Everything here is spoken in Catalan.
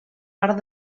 part